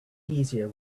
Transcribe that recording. easier